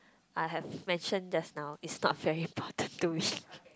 I have mentioned just now it's not very important to me